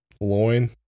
loin